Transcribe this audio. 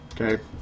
Okay